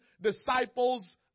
disciples